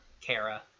kara